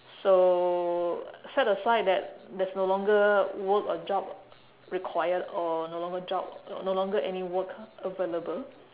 so set aside that there's no longer work or job required or no longer job no longer any work available